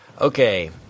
Okay